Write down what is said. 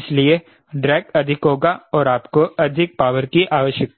इसलिए ड्रैग अधिक होगा और आपको अधिक पावर की आवश्यकता है